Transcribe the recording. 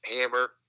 hammer